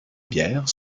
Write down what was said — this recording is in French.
bières